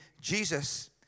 Jesus